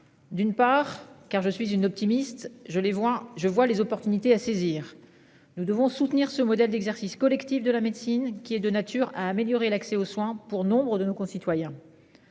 D'une part car je suis une optimiste, je les vois, je vois les opportunités à saisir. Nous devons soutenir ce modèle d'exercice collectif, de la médecine qui est de nature à améliorer l'accès aux soins pour nombre de nos concitoyens.